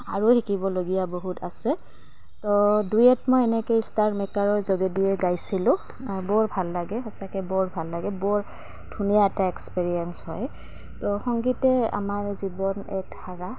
আৰু শিকিবলগীয়া বহুত আছে তো ডুৱেট মই এনেকৈ ষ্টাৰ মেকাৰৰ যোগেদিয়ে গাইছিলোঁ বৰ ভাল লাগে সঁচাকৈ বৰ ভাল লাগে বৰ ধুনীয়া এটা এক্সপেৰিয়েঞ্চ হয় তো সংগীতে আমাৰ জীৱন এক ধাৰা